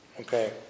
Okay